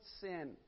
sin